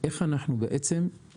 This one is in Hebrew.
איך אנחנו מקטינים.